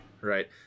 Right